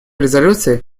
резолюции